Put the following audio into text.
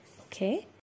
Okay